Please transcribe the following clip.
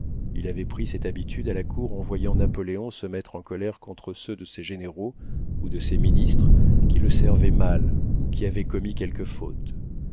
il avait pris cette habitude à la cour en voyant napoléon se mettre en colère contre ceux de ses généraux ou de ses ministres qui le servaient mal ou qui avaient commis quelque faute